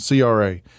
CRA